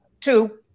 two